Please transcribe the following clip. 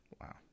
Wow